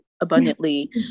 abundantly